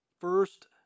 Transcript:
First